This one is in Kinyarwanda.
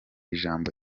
ijambo